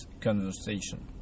conversation